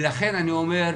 לכן אני אומר,